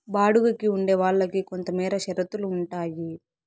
బాడుగికి ఉండే వాళ్ళకి కొంతమేర షరతులు ఉంటాయి